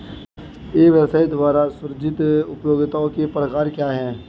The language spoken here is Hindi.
एक व्यवसाय द्वारा सृजित उपयोगिताओं के प्रकार क्या हैं?